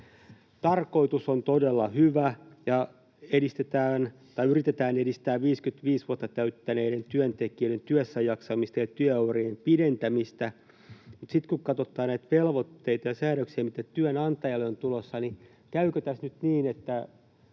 Tarkoitus on todella hyvä, yritetään edistää 55 vuotta täyttäneiden työntekijöiden työssäjaksamista ja työurien pidentämistä. Mutta kun katsotaan näitä velvoitteita ja säädöksiä, mitä työnantajalle on tulossa, niin käykö tässä nyt niin —